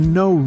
no